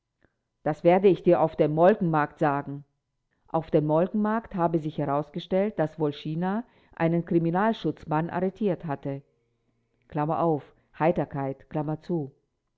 das werde ich dir auf dem molkenmarkt sagen auf dem molkenmarkt habe sich herausgestellt daß wolschina einen kriminalschutzmann arretiert hatte